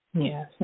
Yes